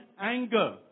anger